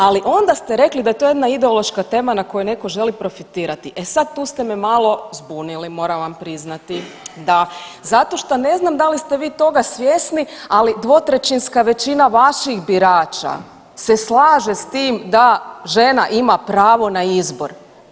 Ali onda ste rekli da je to jedna ideološka tema na kojoj neko želi profitirati, e sad tu ste me malo zbunili moram vam priznati, da, zato što ne znam da li ste vi toga svjesni ali dvotrećinska većina vaših birača se slaže s tim da žena ima pravo na izbor.